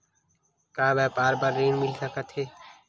का व्यापार बर ऋण मिल सकथे?